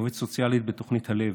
עובדת סוציאלית בתוכנית "הלב",